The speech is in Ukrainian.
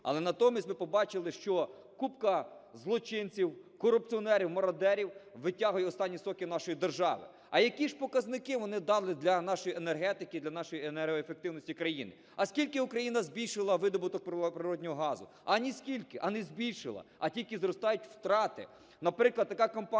Але натомість ми побачили, що купка злочинців, корупціонерів, мародерів витягує останні соки нашої держави. А які ж показники вони дали для нашої енергетики, для нашої енергоефективності країни? А скільки Україна збільшила видобуток природнього газу? Аніскільки. А не збільшила. А тільки зростають втрати.